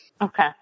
Okay